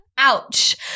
Ouch